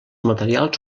materials